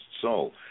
soul